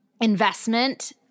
investment